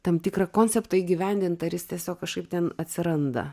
tam tikrą konceptą įgyvendint ar jis tiesiog kažkaip ten atsiranda